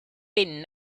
been